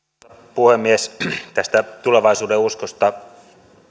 puhemies tästä tulevaisuudenuskosta